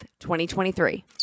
2023